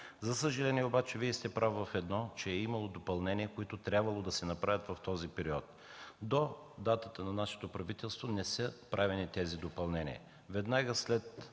За съжаление, обаче Вие сте прав в едно – че е имало допълнения, които е трябвало да се направят в този период. До датата на нашето правителство тези допълнения